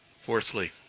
Fourthly